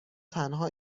تنها